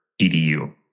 EDU